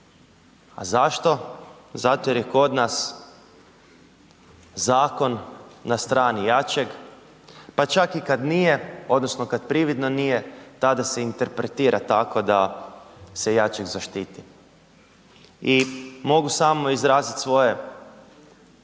A zašto? Zato jer je kod nas zakon na strani jačeg, pa čak i kad nije odnosno kad prividno nije tada se interpretira tako da se jačeg zaštiti. I mogu samo izraditi svoje, svoje